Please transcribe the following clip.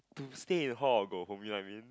to stay hall go home you I mean